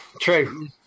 true